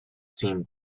seem